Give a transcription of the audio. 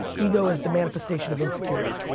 ego is the manifestation of insecurity.